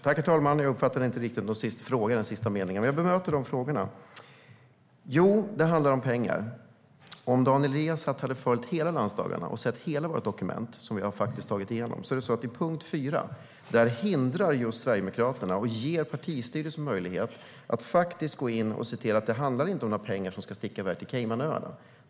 Herr talman! Jag uppfattade inte riktigt frågan i den sista delen, men jag bemöter de andra frågorna. Jo, det handlar om pengar. Om Daniel Riazat hade följt hela landsdagarna och sett hela det dokument vi har tagit igenom hade han sett att Sverigedemokraterna i punkt 4 hindrar detta. Vi ger partistyrelsen möjlighet att faktiskt gå in och se till att det inte handlar om pengar som ska sticka iväg till Caymanöarna.